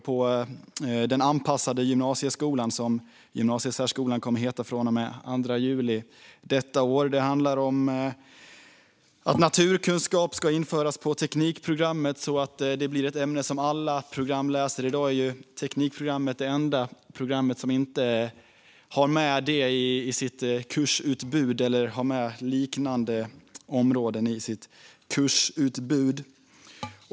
Till exempel kommer gymnasiesärskolan att heta anpassad gymnasieskola från och med den 2 juli detta år. Det handlar om att naturkunskap ska införas på teknikprogrammet så att det blir ett ämne som ingår i alla program. I dag är teknikprogrammet det enda program som inte har med detta eller liknande områden i sitt kursutbud.